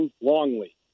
Longley